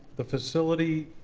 the facility,